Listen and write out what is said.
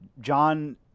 John